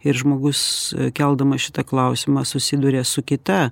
ir žmogus keldamas šitą klausimą susiduria su kita